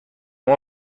شما